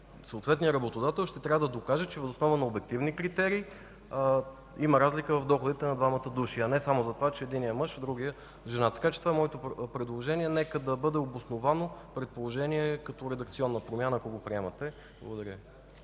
съответният работодател ще трябва да докаже, че въз основа на обективни критерии има разлика в доходите на двамата служители, а не само за това, че единият е мъж, а другият е жена. Това е моето предложение – нека да бъде „обосновано предположение” като редакционна промяна, ако го приемате. Благодаря